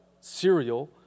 cereal